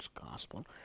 Gospel